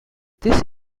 this